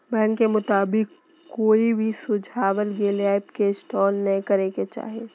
bank के मुताबिक, कोई भी सुझाल गेल ऐप के इंस्टॉल नै करे के चाही